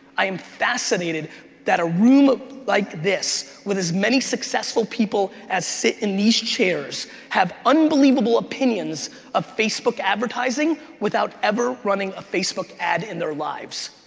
i am fascinated that a room ah like this with as many successful people as sit in these chairs have unbelievable opinions of facebook advertising without ever running a facebook ad in their lives.